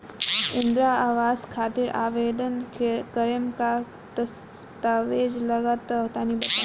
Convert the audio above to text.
इंद्रा आवास खातिर आवेदन करेम का का दास्तावेज लगा तऽ तनि बता?